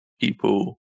people